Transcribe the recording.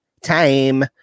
time